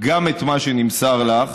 גם את מה שנמסר לך.